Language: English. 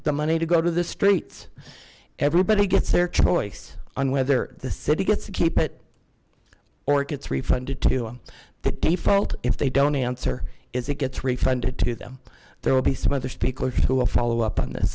the money to go to the streets everybody gets their choice on whether the city gets to keep it or it gets refunded to the default if they don't answer is it gets refunded to them there will be some other speakers who will follow up on th